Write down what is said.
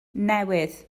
newydd